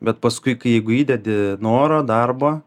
bet paskui kai jeigu įdedi noro darbo